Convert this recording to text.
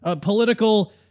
political